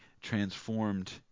transformed